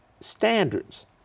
standards